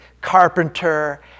carpenter